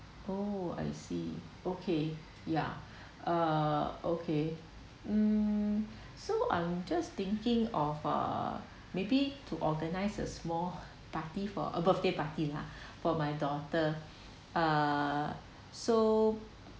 oh I see okay yeah uh okay mm so I'm just thinking of uh maybe to organize a small party for a birthday party lah for my daughter uh so